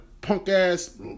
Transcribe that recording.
punk-ass